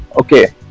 Okay